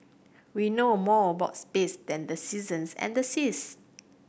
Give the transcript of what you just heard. we know more about space than the seasons and the seas